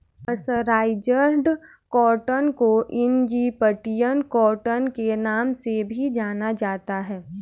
mercerised cotton को Egyptian cotton के नाम से भी जाना जाता है